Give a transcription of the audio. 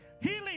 healing